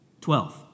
Twelve